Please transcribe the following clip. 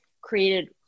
created